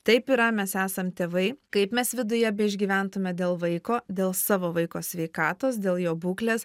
taip yra mes esam tėvai kaip mes viduje beišgyventume dėl vaiko dėl savo vaiko sveikatos dėl jo būklės